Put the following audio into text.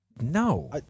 No